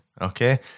Okay